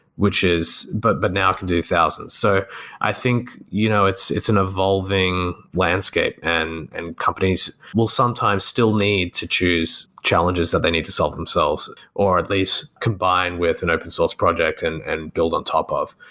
which is but but now it can do thousands. so i think you know it's it's an evolving landscape and and companies will sometimes still need to choose challenges that they need to solve themselves or at least combine with an open source project and and build on top of.